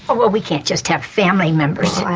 but well we can't just have family members,